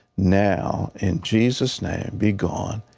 now, in jesus' name be gone,